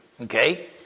Okay